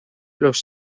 los